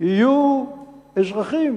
יהיו אזרחים